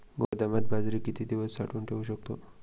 गोदामात बाजरी किती दिवस साठवून ठेवू शकतो?